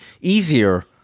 easier